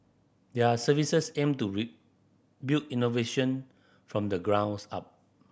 their services aim to build innovation from the grounds up